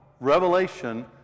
revelation